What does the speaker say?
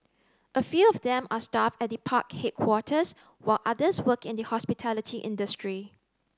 a few of them are staff at the park headquarters while others work in the hospitality industry